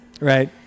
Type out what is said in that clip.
Right